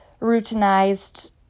routinized